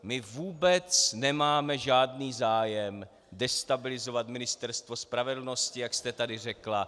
My vůbec nemáme žádný zájem destabilizovat Ministerstvo spravedlnosti, jak jste tady řekla.